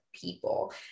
People